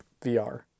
VR